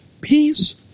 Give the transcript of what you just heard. Peace